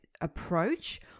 approach